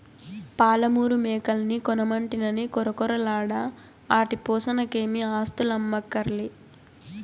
పాలమూరు మేకల్ని కొనమంటినని కొరకొరలాడ ఆటి పోసనకేమీ ఆస్థులమ్మక్కర్లే